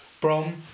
Brom